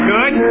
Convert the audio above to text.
Good